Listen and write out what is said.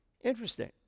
Interesting